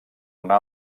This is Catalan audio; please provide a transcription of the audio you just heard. una